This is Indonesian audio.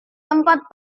tempat